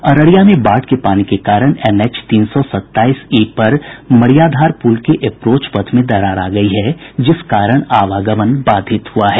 अररिया में बाढ़ के पानी के कारण एनएच तीन सौ सत्ताईस ई पर मरियाधार पुल के एप्रोच पथ में दरार आ गयी है जिस कारण आवागमन बाधित हुआ है